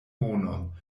monon